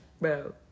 bro